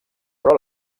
però